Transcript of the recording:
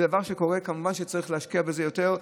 זה דבר שקורה, וכמובן שצריך להשקיע בזה יותר.